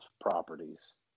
properties